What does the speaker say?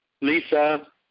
Lisa